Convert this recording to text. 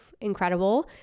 Incredible